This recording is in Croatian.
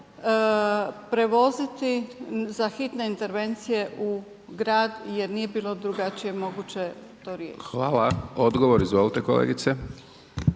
prevoziti za hitne intervencije u grad jer nije bilo drugačije moguće to riješiti. **Hajdaš Dončić, Siniša